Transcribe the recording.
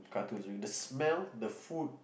cartoons right the smell the food